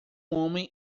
homem